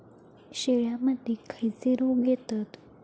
शेळ्यामध्ये खैचे रोग येतत?